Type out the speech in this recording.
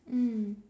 mm